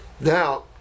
Now